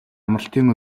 амралтын